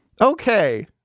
Okay